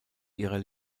ihrer